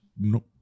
no